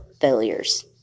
failures